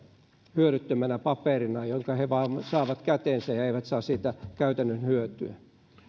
hyödyttömänä paperina jonka he vain saavat käteensä ja josta he eivät saa käytännön hyötyä